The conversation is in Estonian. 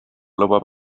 lubab